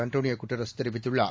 Antonio Guterres தெரிவித்துள்ளார்